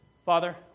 Father